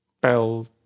Bell